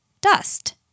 dust